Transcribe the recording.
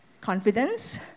confidence